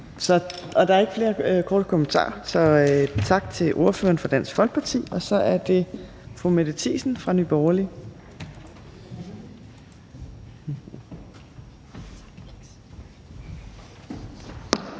Der er ikke flere korte bemærkninger, så tak til ordføreren fra Dansk Folkeparti. Og så er det fru Mette Thiesen fra Nye Borgerlige.